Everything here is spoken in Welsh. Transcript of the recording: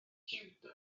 jiwdo